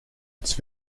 its